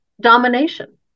domination